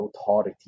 authority